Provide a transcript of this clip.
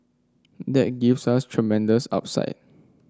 that gives us tremendous upside